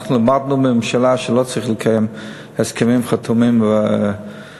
אנחנו למדנו מהממשלה שלא צריך לקיים הסכמים חתומים והבטחות.